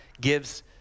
gives